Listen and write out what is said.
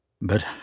But